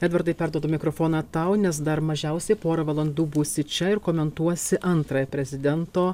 edvardai perduodu mikrofoną tau nes dar mažiausiai porą valandų būsi čia ir komentuosi antrąją prezidento